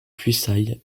puisaye